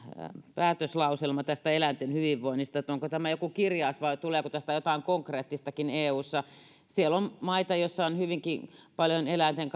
päätöslauselma eläinten hyvinvoinnista onko tämä joku kirjaus vai tuleeko tästä jotain konkreettistakin eussa siellä on maita joissa on hyvinkin paljon eläinten